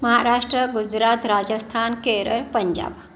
Maharashtra Gujarat Rajasthan Kerala Punjab